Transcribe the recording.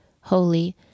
holy